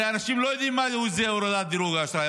הרי אנשים לא יודעים מה זה הורדת דירוג האשראי,